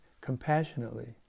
compassionately